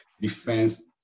defense